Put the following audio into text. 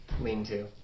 Lean-to